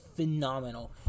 Phenomenal